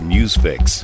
NewsFix